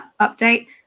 update